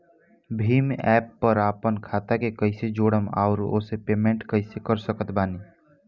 Bhim app पर आपन खाता के कईसे जोड़म आउर ओसे पेमेंट कईसे कर सकत बानी?